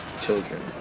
children